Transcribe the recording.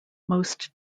most